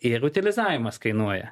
ir utilizavimas kainuoja